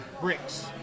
bricks